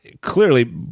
clearly